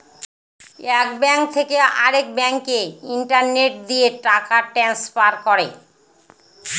এক ব্যাঙ্ক থেকে আরেক ব্যাঙ্কে ইন্টারনেট দিয়ে টাকা ট্রান্সফার করে